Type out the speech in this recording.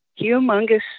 humongous